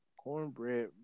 Cornbread